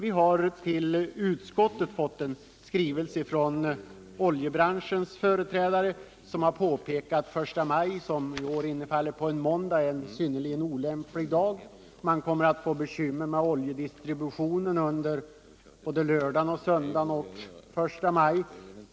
Utskottet har dock fått en skrivelse från oljebranschens företrädare, i vilken man påpekar att den 1 maj — som i år infaller på en måndag — är en synnerligen olämplig dag. Om ikraftträdandet sker då, kommer man att få bekymmer med oljedistributionen under tre dagar, nämligen lördag, söndag och första maj.